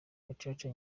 gacaca